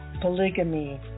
polygamy